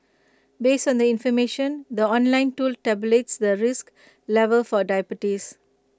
based on the information the online tool tabulates the risk level for diabetes